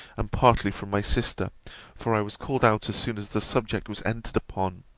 and partly from my sister for i was called out as soon as the subject was entered upon.